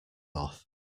off